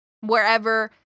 wherever